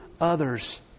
others